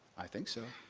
i think so.